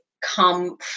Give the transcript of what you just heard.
come